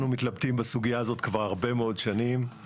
אנחנו מתלבטים בסוגיה הזאת כבר הרבה מאוד שנים.